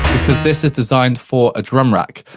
because this is designed for a drum rack.